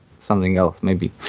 something else maybe.